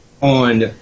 on